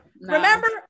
Remember